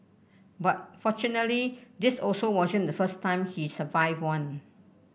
but fortunately this also wasn't the first time he survived one